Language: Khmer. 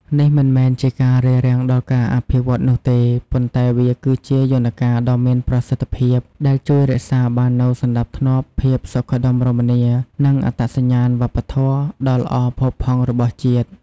នេះមិនមែនជាការរារាំងដល់ការអភិវឌ្ឍន៍នោះទេ ប៉ុន្តែវាគឺជា យន្តការដ៏មានប្រសិទ្ធភាព ដែលជួយរក្សាបាននូវ សណ្ដាប់ធ្នាប់ ភាពសុខដុមរមនា និងអត្តសញ្ញាណវប្បធម៌ ដ៏ល្អផូរផង់របស់ជាតិ។